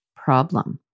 problem